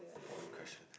boring question